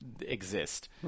exist